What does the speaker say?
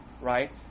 right